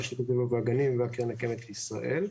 רשות הטבע והגנים והקרן הקיימת לישראל.